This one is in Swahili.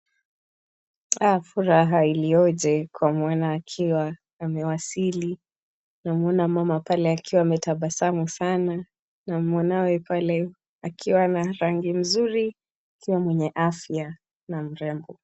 Furaha iliyoje kwa mwana akiwa amewasili. Tunamuona mama pale akiwa ametabasamu sana na mwanawe pale akiwa na rangi mzuri akiwa mwenye afya na mrembo.